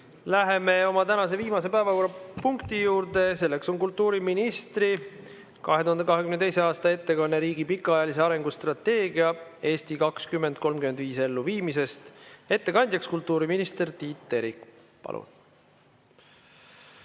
Läheme tänase viimase päevakorrapunkti juurde. See on kultuuriministri 2022. aasta ettekanne riigi pikaajalise arengustrateegia "Eesti 2035" elluviimisest. Ettekandja on kultuuriminister Tiit Terik. Palun!